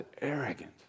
arrogant